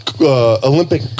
Olympic